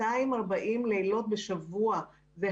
זאת